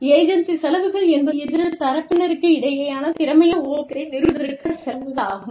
agency செலவுகள் என்பது இரு தரப்பினருக்கிடையேயான திறமையான ஒப்பந்தத்தை நிறுவுவதற்கான செலவுகள் ஆகும்